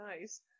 nice